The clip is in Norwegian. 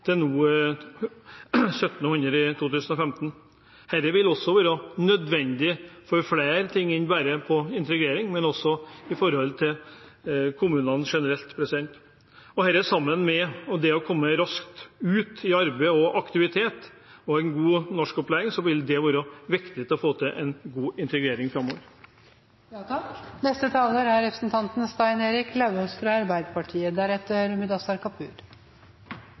til 1 700 i 2015. Dette vil være nødvendig for flere ting enn bare integrering, men også for kommunene generelt. Sammen med det å komme raskt ut i arbeid og aktivitet og en god norskopplæring vil dette være viktig for å få til en god integrering framover. Utfordringen med bosetting av flyktninger må bare løses. Det tror jeg de aller, aller fleste kan slutte seg til. Det er